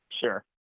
Sure